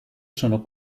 sono